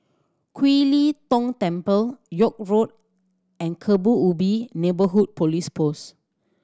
Kiew Lee Tong Temple York Road and Kebun Ubi Neighbourhood Police Post